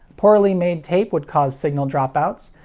poorly made tape would cause signal dropouts.